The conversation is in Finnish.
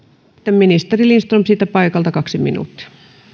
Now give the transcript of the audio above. ministeri lindström siitä paikalta kaksi minuuttia